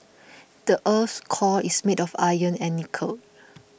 the earth's core is made of iron and nickel